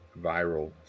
viral